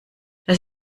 das